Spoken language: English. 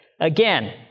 Again